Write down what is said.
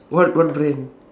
what what brand